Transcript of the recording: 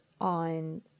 on